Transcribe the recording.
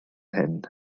hyn